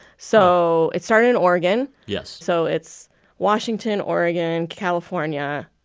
so it started in oregon yes so it's washington, oregon, california,